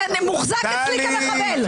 מוחזק אצלי כמחבל.